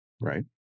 Right